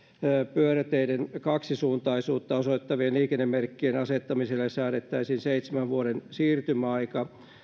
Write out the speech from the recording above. pyöräteiden kaksisuuntaisuutta osoittavien liikennemerkkien asettamiselle säädettäisiin seitsemän vuoden siirtymäaika